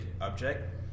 object